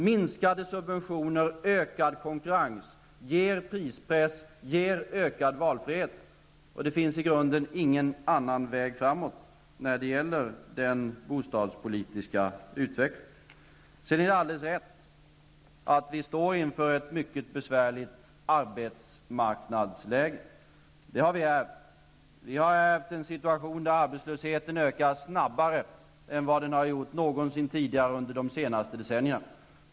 Minskade subventioner och ökad konkurrens ger prispress och ökad valfrihet. Det finns i grunden ingen annan väg framåt när det gäller den bostadspolitiska utvecklingen. Sedan är det alldeles rätt att vi står inför ett mycket besvärligt arbetsmarknadsläge. Vi har ärvt en situation där arbetslösheten ökar snabbare än den någonsin tidigare har gjort under de senaste decennierna.